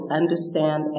understand